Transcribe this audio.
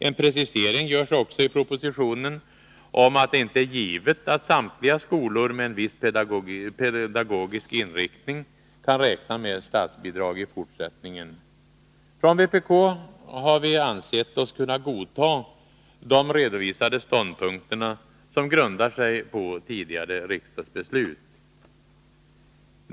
En precisering görs också i propositionen om att det inte är givet att samtliga skolor med en viss pedagogisk inriktning kan räkna med statsbidrag i fortsättningen. Viivpk har ansett oss kunna godta de redovisade ståndpunkterna, som grundar sig på tidigare riksdagsbeslut.